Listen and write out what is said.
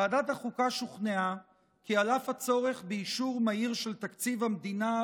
ועדת החוקה שוכנעה כי על אף הצורך באישור מהיר של תקציב המדינה,